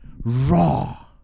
Raw